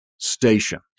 Station